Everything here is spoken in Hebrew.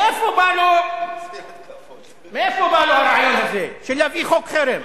מאיפה בא לו הרעיון הזה, של להביא חוק חרם?